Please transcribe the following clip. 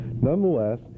Nonetheless